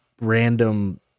random